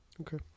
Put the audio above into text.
okay